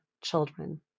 children